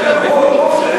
אני,